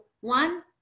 One